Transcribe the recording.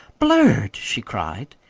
blurred? she cried.